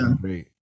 great